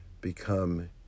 become